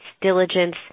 diligence